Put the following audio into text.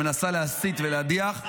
שמנסה להסית ולהדיח.